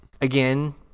Again